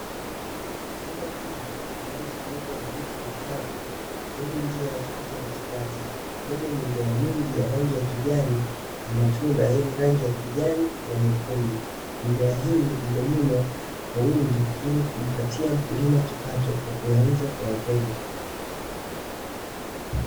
Shamba kubwa lililofunikwa na miti mikavu yenye njia ya kupita katikati, yenya mimea mingi ya rangi ya kijani na matunda yenye rangi ya kijani na nyekundu. Mimea hii imelimwa kwa wingi ili kumpatia mkulima kipato kwa kuyauza kwa wateja.